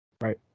Right